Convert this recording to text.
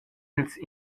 ils